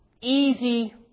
easy